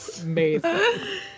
Amazing